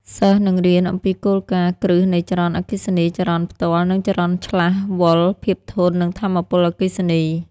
សិស្សនឹងរៀនអំពីគោលការណ៍គ្រឹះនៃចរន្តអគ្គិសនី ចរន្តផ្ទាល់ និងចរន្តឆ្លាស់ វ៉ុល ភាពធន់ និងថាមពលអគ្គិសនី។